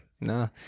no